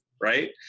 right